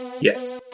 Yes